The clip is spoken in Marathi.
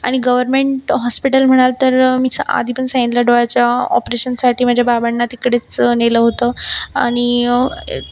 आणि गवर्मेंट हॉस्पिटल म्हणाल तर मीच आधीपण सांगितलं डोळ्याच्या ऑपरेशनसाठी माझ्या बाबांना तिकडेच नेलं होतं आणि